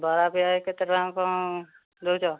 ବରା ପିଆଜି କେତେ ଟଙ୍କା କ'ଣ ଦେଉଛ